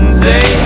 say